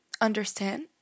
understand